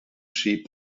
sheep